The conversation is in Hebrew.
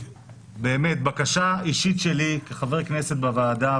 בקשה אישית שלי כחבר כנסת בוועדה,